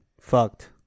fucked